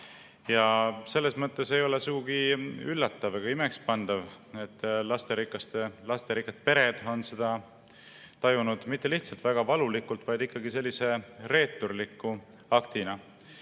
Selles mõttes ei ole sugugi üllatav ega imekspandav, et lasterikkad pered on seda tajunud mitte lihtsalt väga valuliku, vaid ikkagi sellise reeturliku aktina.